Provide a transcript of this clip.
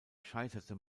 scheiterte